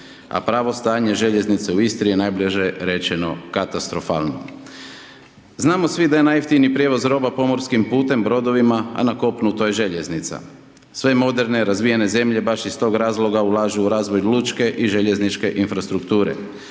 a pravo stanje željeznice u Istri je najbliže rečeno katastrofalno. Znamo svi da je najjeftiniji prijevoz roba pomorskim putem brodovima, a na kopnu to je željeznica. Sve moderne, razvijene zemlje, baš iz tog razvoja ulažu u razvoj lučke i željezničke infrastrukture.